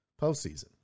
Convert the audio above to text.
postseason